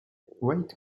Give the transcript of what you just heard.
white